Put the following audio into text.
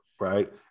right